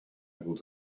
able